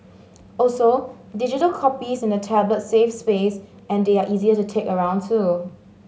also digital copies in a tablet save space and they are easier to take around too